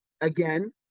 again